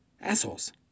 Assholes